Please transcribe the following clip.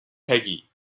peggy